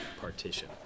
partition